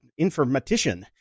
informatician